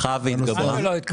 מאז.